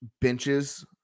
benches